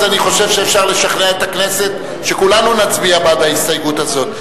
אני חושב שאפשר לשכנע את הכנסת שכולנו נצביע בעד ההסתייגות הזאת,